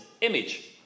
image